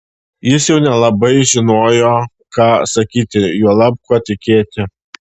jis jau nelabai žinojo ką sakyti juolab kuo tikėti